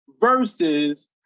versus